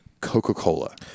Coca-Cola